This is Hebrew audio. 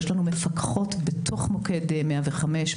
יש לנו מפקחות בתוך מוקד 105,